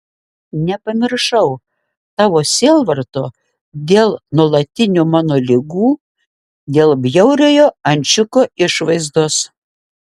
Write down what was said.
nepamiršau tavo sielvarto dėl nuolatinių mano ligų dėl bjauriojo ančiuko išvaizdos